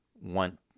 want